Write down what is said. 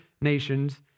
nations